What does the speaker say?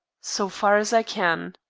so far as i can.